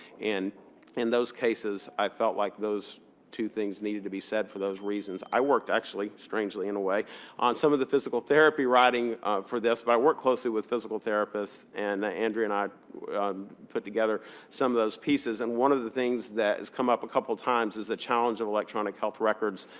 and in those cases, i felt like those two things needed to be said for those reasons. i worked, actually strangely, in a way on some of the physical therapy writing for this. but i work closely with physical therapists. and andrea and i put together some of those pieces. and one of the things that has come up a couple times is the challenge of electronic health records,